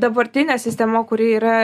dabartinė sistema kuri yra